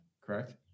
correct